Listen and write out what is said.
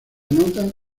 nota